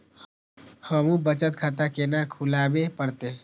हमू बचत खाता केना खुलाबे परतें?